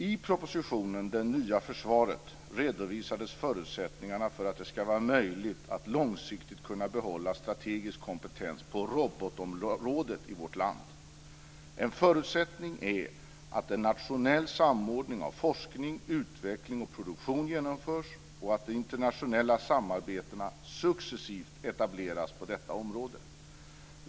I propositionen Det nya försvaret redovisades förutsättningarna för att det ska vara möjligt att långsiktigt kunna behålla strategisk kompetens på robotområdet i vårt land. En förutsättning är att en nationell samordning av forskning, utveckling och produktion genomförs och att de internationella samarbetena successivt etableras på detta område.